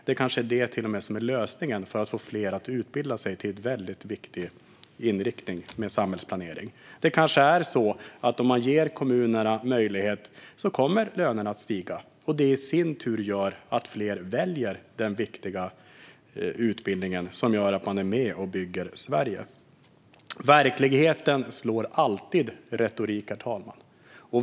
Det kanske är det som till och med är lösningen när det gäller att få fler att gå en utbildning med en väldigt viktig inriktning - samhällsplanering. Om man ger kommunerna möjlighet kommer kanske lönerna att stiga. Det kanske i sin tur gör att fler väljer denna viktiga utbildning som gör att de är med och bygger Sverige. Verkligheten slår alltid retorik, herr talman.